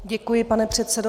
Děkuji, pane předsedo.